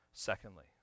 Secondly